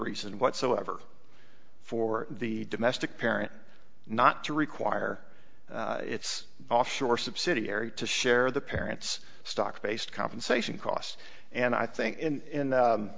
reason whatsoever for the domestic parent not to require its offshore subsidiary to share the parents stock based compensation costs and i think in in